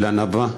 של ענווה,